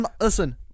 listen